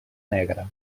negre